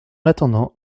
attendant